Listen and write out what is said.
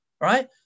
Right